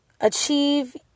achieve